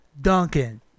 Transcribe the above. Duncan